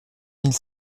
mille